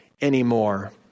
anymore